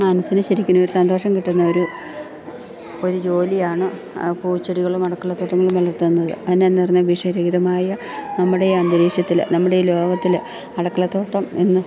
മനസ്സിന് ശരിക്കുമൊരു സന്തോഷം കിട്ടുന്ന ഒരു ഒരു ജോലിയാണ് പൂച്ചെടികളും അടുക്കളത്തോട്ടങ്ങളും വളർത്തുന്നത് അതിനെന്നു പറഞ്ഞാൽ വിഷരഹിതമായ നമ്മുടെ ഈ അന്തരീക്ഷത്തിൽ നമ്മുടെ ഈ ലോകത്തിൽ അടുക്കളത്തോട്ടം എന്ന്